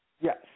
Yes